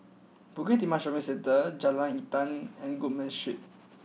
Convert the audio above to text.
Bukit Timah Shopping Centre Jalan Intan and Goodman Road